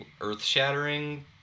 earth-shattering